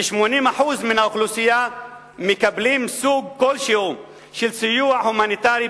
כ-80% מהאוכלוסייה מקבלים סוג כלשהו של סיוע הומניטרי,